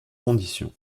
conditions